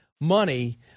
money